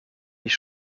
ich